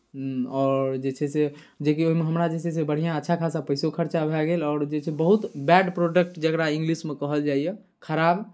आओर जे छै से जेकि ओहिमे हमरा जे छै से बढ़िआँ अच्छा खासा पैसो खर्चा भए गेल आओर जे छै बहुत बैड प्रोडक्ट जकरा इंग्लिशमे कहल जाइए खराब